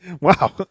Wow